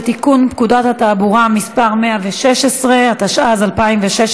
הצו אושר.